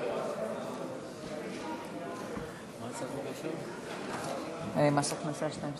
העבודה, הרווחה והבריאות להכנה לקריאה שנייה